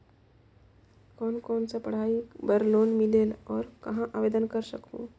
कोन कोन सा पढ़ाई बर लोन मिलेल और कहाँ आवेदन कर सकहुं?